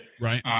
right